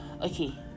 okay